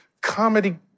comedy